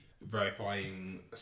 verifying